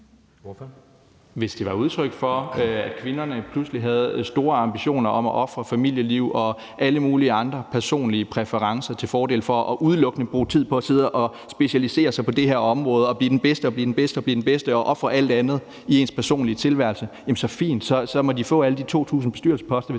(DF): Hvis det var udtryk for, at kvinderne pludselig havde store ambitioner om at ofre familieliv og alle mulige andre personlige præferencer til fordel for udelukkende at bruge tid på at specialisere sig på et område og blive den bedste af de bedste og ofre alt andet i den personlige tilværelse, så er det fint, at de får alle 2.000 bestyrelsesposter,